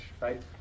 right